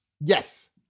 Yes